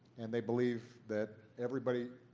and they believe that everybody,